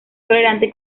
tolerante